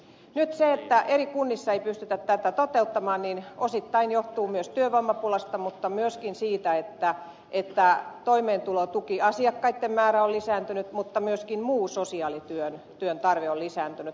nyt se että eri kunnissa ei pystytä tätä toteuttamaan osittain johtuu myös työvoimapulasta mutta myöskin siitä että toimeentulotukiasiakkaitten määrä on lisääntynyt ja myöskin muu sosiaalityön tarve on lisääntynyt